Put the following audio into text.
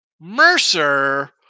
Mercer